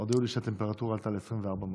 הודיעו לי שהטמפרטורה עלתה ל-24 מעלות.